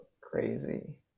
crazy